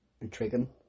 intriguing